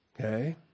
Okay